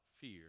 fear